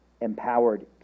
empowered